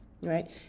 right